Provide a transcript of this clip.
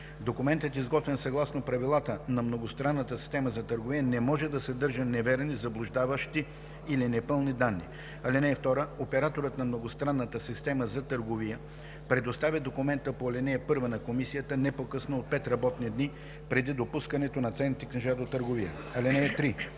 Документът, изготвен съгласно правилата на многостранната система за търговия, не може да съдържа неверни, заблуждаващи или непълни данни. (2) Операторът на многостранната система за търговия предоставя документа по ал. 1 на комисията не по-късно от 5 работни дни преди допускане на ценните книжа до търговия. (3)